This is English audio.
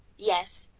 yes,